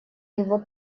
его